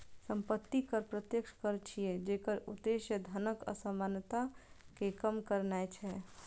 संपत्ति कर प्रत्यक्ष कर छियै, जेकर उद्देश्य धनक असमानता कें कम करनाय छै